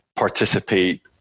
participate